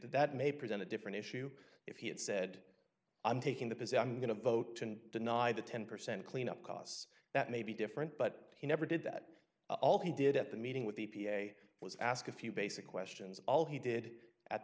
that may present a different issue if he had said i'm taking the position i'm going to vote to deny the ten percent cleanup costs that may be different but he never did that all he did at the meeting with the p a was ask a few basic questions all he did at